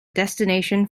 destination